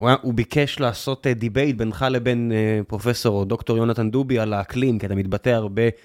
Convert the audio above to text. הוא ביקש לעשות דיבייט בינך לבין פרופסור או דוקטור יונתן דובי על האקלים כי אתה מתבטא הרבה.